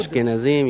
אשכנזים,